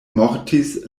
mortis